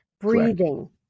breathing